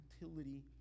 utility